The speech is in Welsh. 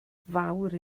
fawr